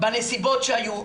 בנסיבות שהיו,